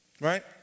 right